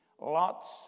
Lot's